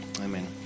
amen